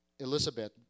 Elizabeth